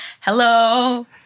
Hello